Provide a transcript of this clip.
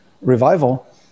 revival